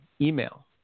email